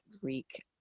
Greek